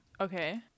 Okay